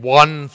one